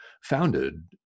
founded